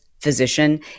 physician